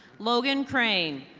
logan crane.